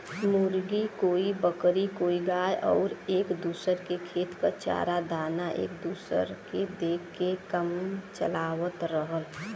मुर्गी, कोई बकरी कोई गाय आउर एक दूसर के खेत क चारा दाना एक दूसर के दे के काम चलावत रहल